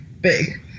big